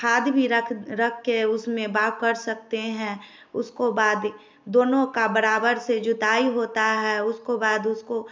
खाद भी रख रख के उसमें बाव कर सकते हैं उसको बाद दोनों का बराबर से जोताई होता है उसको बाद उसको